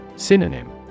Synonym